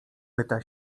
pyta